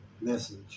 message